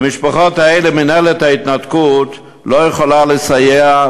למשפחות האלה מינהלת ההתנתקות לא יכולה לסייע,